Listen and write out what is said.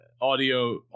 audio